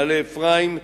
מעלה-אפרים,